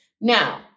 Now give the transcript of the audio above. Now